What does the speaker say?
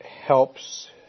helps